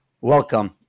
welcome